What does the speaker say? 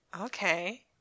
Okay